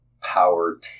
power